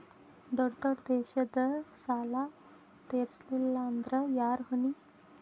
ದೊಡ್ಡ ದೊಡ್ಡ ದೇಶದ ಸಾಲಾ ತೇರಸ್ಲಿಲ್ಲಾಂದ್ರ ಯಾರ ಹೊಣಿ?